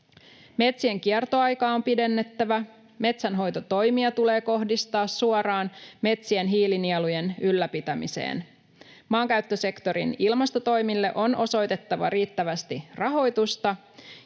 Metsien kiertoaikaa on pidennettävä, metsänhoitotoimia tulee kohdistaa suoraan metsien hiilinielujen ylläpitämiseen. Maankäyttösektorin ilmastotoimille on osoitettava riittävästi rahoitusta,